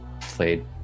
played